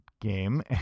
game